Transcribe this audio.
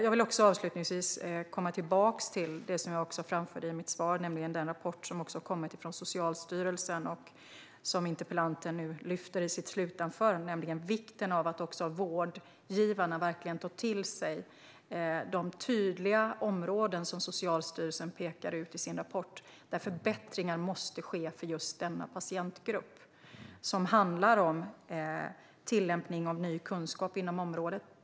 Avslutningsvis ska jag komma tillbaka till det som jag nämnde i mitt svar och som interpellanten också tog upp i sitt slutanförande, nämligen vikten av att vårdgivarna verkligen tar till sig de tydliga områden som Socialstyrelsen pekar ut i sin rapport där förbättringar måste ske för just denna patientgrupp. Det handlar om tillämpning av ny kunskap inom området.